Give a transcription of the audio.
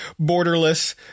borderless